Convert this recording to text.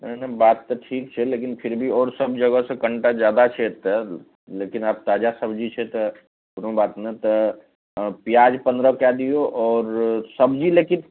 नहि नहि बात तऽ ठीक छै लेकिन फिर भी आओर सब जगहसे कनिटा जादा छै एतए लेकिन आब ताजा सबजी छै तऽ कोनो बात नहि तऽ हँ पिआज पनरह कै दिऔ आओर सबजी लेकिन